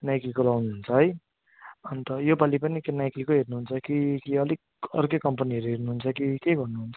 नाइकीको लाउनुहुन्छ है अन्त योपालि पनि के नाइकीकै हेर्नुहुन्छ कि अलिक अर्कै कम्पनीहरू हेर्नुहुन्छ कि के गर्नुहुन्छ